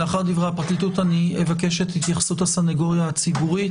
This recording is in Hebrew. אני רוצה לשמוע את ההתייחסות של הסנגוריה הציבורית.